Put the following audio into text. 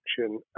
action